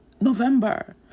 November